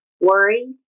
worry